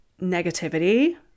negativity